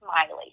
smiley